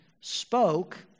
spoke